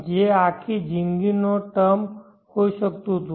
જે આખી જીંદગી નો ટર્મ હોઈ શકતું તું